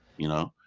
you know,